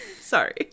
sorry